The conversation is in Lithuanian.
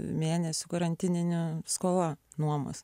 mėnesių karantininė skola nuomos